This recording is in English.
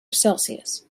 celsius